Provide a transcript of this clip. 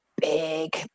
big